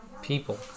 people